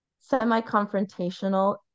semi-confrontational